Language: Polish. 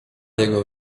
jego